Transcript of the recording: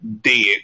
dead